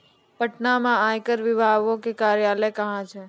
पटना मे आयकर विभागो के कार्यालय कहां छै?